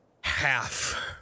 half